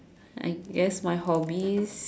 I guess my hobbies